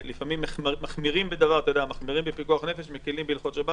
לפעמים מחמירים בפיקוח נפש, מקילים בהלכות שבת.